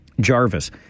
Jarvis